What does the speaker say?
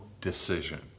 decision